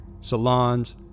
salons